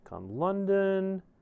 London